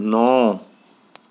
नौ